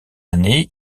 année